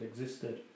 existed